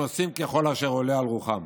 הם עושים ככל אשר עולה על רוחם.